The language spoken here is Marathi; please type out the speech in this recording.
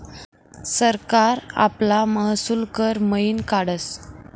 सरकार आपला महसूल कर मयीन काढस